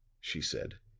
she said.